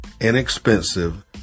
inexpensive